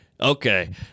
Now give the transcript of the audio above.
okay